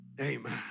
Amen